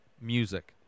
music